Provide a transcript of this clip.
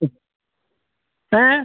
ഏ